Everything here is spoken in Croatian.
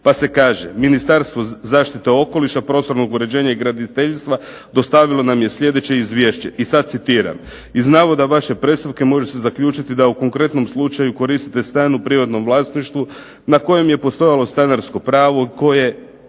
pa se kaže, Ministarstvo zaštite okoliša, prostornog uređenja i graditeljstva dostavilo nam je sljedeće izvješće i sada citiram "Iz navoda vaše predstavke može se zaključiti da u konkretnom slučaju koristite stan u privatnom vlasništvu na kojem je postojalo stanarsko pravo koji